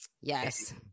Yes